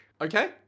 Okay